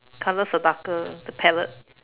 colours are darker the palette